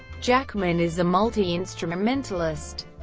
jackman is a multi-instrumentalist.